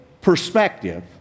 perspective